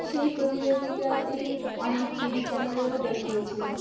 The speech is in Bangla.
সেই প্রতিযোগিতাতে অনেক টিভি চ্যানেলেও দেখিয়েছিলো